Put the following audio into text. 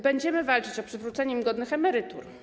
Będziemy walczyć o przywrócenie im godnych emerytur.